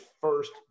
first